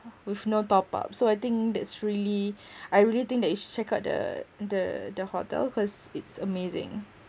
with no top up so I think that's really I really think that you should check out the the the hotel cause it's amazing